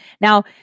Now